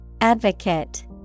Advocate